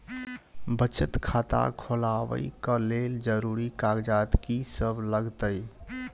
बचत खाता खोलाबै कऽ लेल जरूरी कागजात की सब लगतइ?